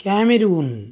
Cameroon